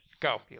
Go